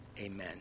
amen